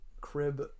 crib